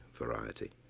variety